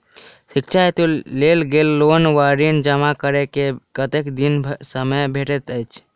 शिक्षा हेतु लेल गेल लोन वा ऋण जमा करै केँ कतेक दिनक समय भेटैत अछि?